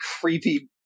creepy